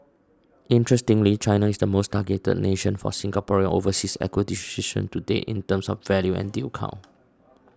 interestingly China is the most targeted nation for Singaporean overseas acquisitions to date in terms of value and deal count